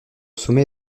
sommet